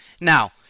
Now